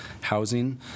housing